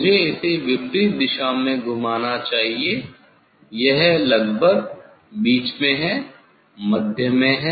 मुझे इसे विपरीत दिशा में घुमाना चाहिए यह लगभग मध्य में हैं यह मध्य में हैं